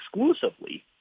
exclusively